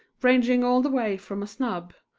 ranging all the way from a snub,